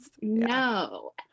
No